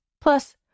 Plus